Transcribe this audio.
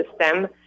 system